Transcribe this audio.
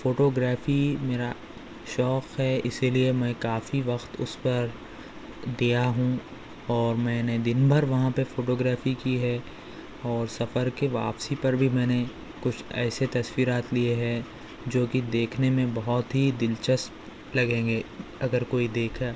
photography میرا شوق ہے اسی لیے میں کافی وقت اس پر دیا ہوں اور میں نے دن بھر وہاں پہ فوٹوگرافی کی ہے اور سفر کے واپسی پر بھی میں نے کچھ ایسے تصویرات لیے ہیں جو کہ دیکھنے میں بہت ہی دلچسپ لگیں گے اگر کوئی دیکھا